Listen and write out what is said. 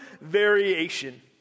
variation